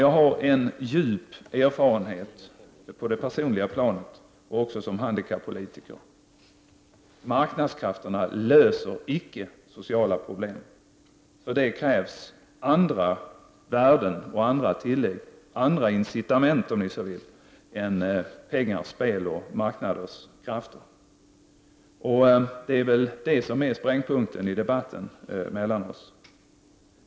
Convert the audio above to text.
Jag har en djup erfarenhet på det personliga planet och som handikappolitiker: Marknadskrafterna löser icke sociala problem. För det krävs andra värden och andra incitament, om ni så vill, än pengar, spel och marknadens krafter. Det är väl detta som är sprängpunkten i debatten oss emellan.